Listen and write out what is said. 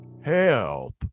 Help